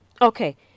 Okay